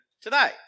today